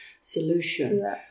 solution